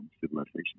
civilization